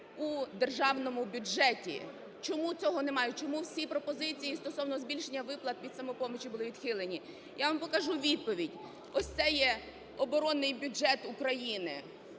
в Державному бюджеті? Чому цього немає? Чому всі пропозиції стосовно збільшення виплат від "Самопомочі" були відхилені? Я вам покажу відповідь. Ось це є оборонний бюджет України.